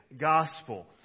Gospel